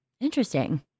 Interesting